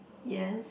yes